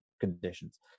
conditions